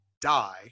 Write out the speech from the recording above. die